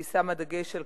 והיא שמה דגש על